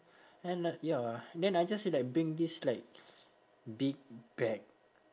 and like ya then I just like bring this like big bag